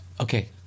Okay